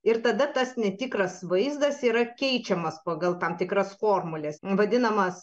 ir tada tas netikras vaizdas yra keičiamas pagal tam tikras formules vadinamas